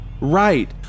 Right